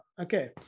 Okay